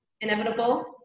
inevitable